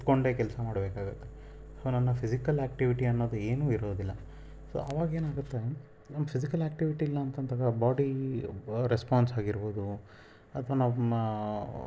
ಕುತ್ಕೊಂಡೇ ಕೆಲಸ ಮಾಡ್ಬೇಕಾಗುತ್ತೆ ಸೊ ನನ್ನ ಫಿಸಿಕಲ್ ಆಕ್ಟಿವಿಟಿ ಅನ್ನೋದು ಏನೂ ಇರೋದಿಲ್ಲ ಸೊ ಅವಾಗ ಏನಾಗುತ್ತೆ ನಮ್ಮ ಫಿಸಿಕಲ್ ಆಕ್ಟಿವಿಟಿ ಇಲ್ಲ ಅಂತ ಅಂತಂದರೆ ಬಾಡಿ ರೆಸ್ಪಾನ್ಸ್ ಆಗಿರ್ಬೋದು ಅಥವಾ ನಮ್ಮ